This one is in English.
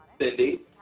Cindy